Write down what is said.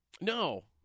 No